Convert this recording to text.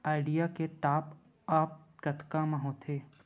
Idea के top आप कतका म होथे?